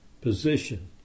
position